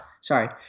sorry